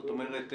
זאת אומרת,